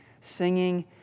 singing